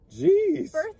Jeez